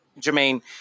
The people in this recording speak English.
Jermaine